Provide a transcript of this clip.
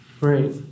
Right